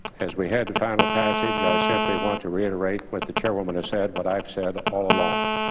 as we head to final passage i simply want to reiterate what the chairwoman has said what i've said all along